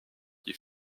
qui